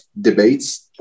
debates